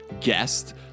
guest